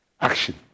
action